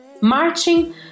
Marching